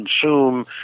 consume